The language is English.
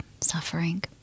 suffering